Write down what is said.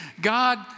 God